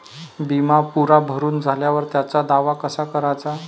बिमा पुरा भरून झाल्यावर त्याचा दावा कसा कराचा?